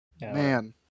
Man